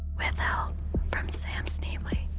with help from sam schneble,